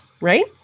right